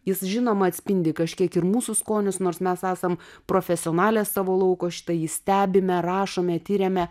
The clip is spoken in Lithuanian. jis žinoma atspindi kažkiek ir mūsų skonius nors mes esam profesionalės savo lauko šitai jį stebime rašome tiriame